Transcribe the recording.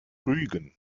rügen